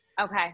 Okay